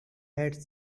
had